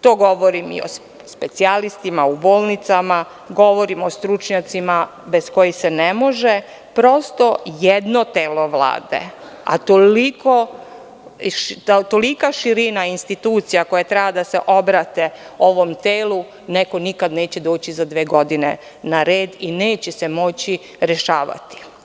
to govorim i o specijalistima u bolnicama, govorim o stručnjacima bez kojih se ne može, prosto jedno telo Vlade, a tolika širina institucija koji treba da se obrate ovom telu, neko nikada neće doći za dve godine na red i neće se moći rešavati.